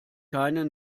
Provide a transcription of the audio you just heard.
keine